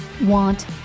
want